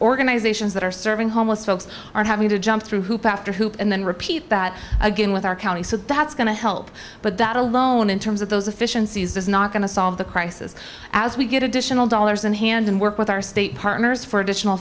organizations that are serving homeless folks are having to jump through hoops after hoops and then repeat that again with our county so that's going to help but that alone in terms of those efficiencies is not going to solve the crisis as we get additional dollars in hand and work with our state partners for additional